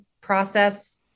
process